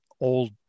old